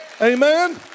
Amen